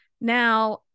Now